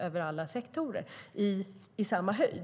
över alla sektorer och i samma höjd.